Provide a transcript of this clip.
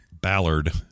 ballard